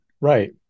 right